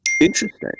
interesting